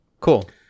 Cool